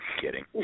kidding